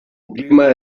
clima